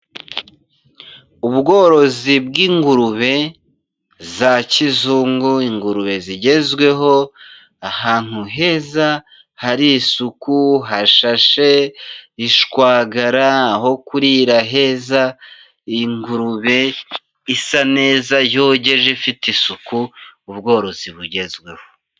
Ubworozi bw'ingurube za kizungu, ingurube zigezweho ahantu heza hari isuku hashashe ishwagara, aho kurira heza, ingurube isa neza yogeje ifite isuku ubworozi bugezweho.